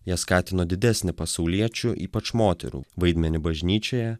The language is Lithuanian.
jie skatino didesnį pasauliečių ypač moterų vaidmenį bažnyčioje